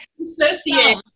associate